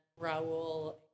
Raul